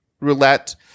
roulette